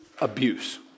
abuse